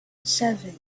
seven